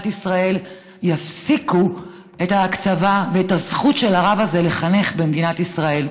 ישראל יפסיקו את ההקצבה ואת הזכות של הרב הזה לחנך במדינת ישראל.